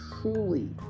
truly